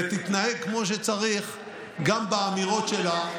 יחס הוגן ותתנהג כמו שצריך גם באמירות שלה,